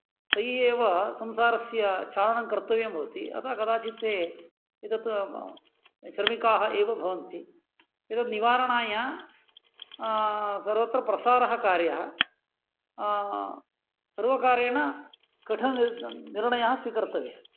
तै एव संसारस्य चालनं कर्तव्यं भवति अतः कदाचित् ते एतत् श्रमिकाः एव भवन्ति एतत् निवारणाय सर्वत्र प्रसारः कार्यः सर्वकारेण कठिन निर्णयः स्वीकर्तव्यः